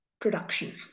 production